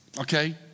okay